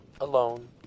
alone